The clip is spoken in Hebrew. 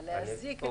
אבל להזיק,